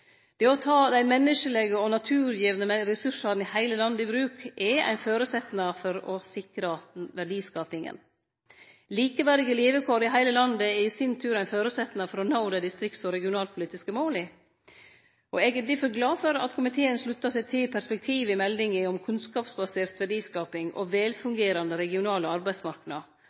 Det å ta dei menneskelege og naturgitte ressursane i heile landet i bruk er ein føresetnad for å sikre verdiskapinga. Likeverdige levekår i heile landet er i sin tur ein føresetnad for å nå dei distrikts- og regionalpolitiske måla. Eg er difor glad for at komiteen sluttar seg til perspektivet i meldinga om kunnskapsbasert verdiskaping og velfungerande regionale